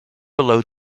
below